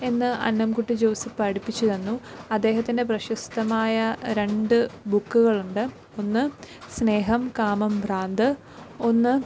എന്ന് അന്നംക്കുട്ടി ജോസ് പഠിപ്പിച്ചു തന്നു അദ്ദേഹത്തിൻ്റെ പ്രശസ്തമായ രണ്ട് ബുക്കുകളുണ്ട് ഒന്ന് സ്നേഹം കാമം ഭ്രാന്ത് ഒന്ന്